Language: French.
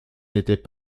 n’étaient